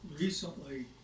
recently